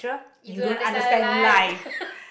you don't understand a life